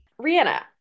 rihanna